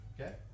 Okay